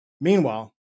Meanwhile